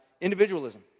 Individualism